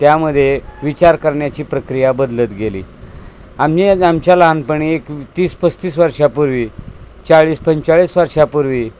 त्यामध्ये विचार करण्याची प्रक्रिया बदलत गेली आम्ही आमच्या लहानपणी एक तीस पस्तीस वर्षापूर्वी चाळीस पंचेचाळीस वर्षापूर्वी